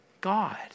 God